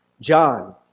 John